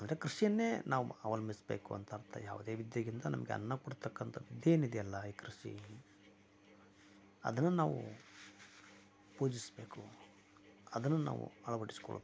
ಅಂದರೆ ಕೃಷಿಯನ್ನೆ ನಾವು ಅವಲಂಬಿಸಬೇಕು ಅಂತ ಅರ್ಥ ಯಾವುದೇ ವಿದ್ಯೆಗಿಂತ ನಮಗೆ ಅನ್ನ ಕೊಡ್ತಕ್ಕಂತ ವಿದ್ಯೆ ಏನಿದೆ ಅಲ್ಲ ಈ ಕೃಷಿ ಅದನ್ನು ನಾವು ಪೂಜಿಸಬೇಕು ಅದನ್ನು ನಾವು ಅಳವಡಿಸಿಕೊಳ್ಬೇಕು